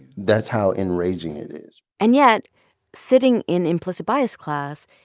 that's how enraging it is and yet sitting in implicit bias class,